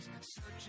searching